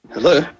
hello